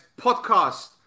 podcast